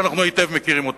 שאנחנו היטב מכירים אותן.